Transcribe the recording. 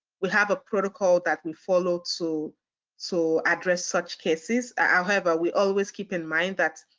we have a protocol that we follow to so address such cases. however, we always keep in mind that